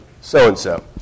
so-and-so